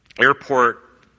airport